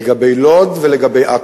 לגבי לוד ולגבי עכו.